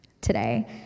today